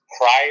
prior